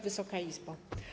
Wysoka Izbo!